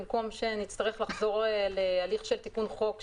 במקום שנצטרך לחזור להליך של תיקון חוק,